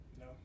No